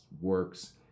works